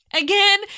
Again